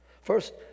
First